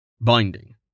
Binding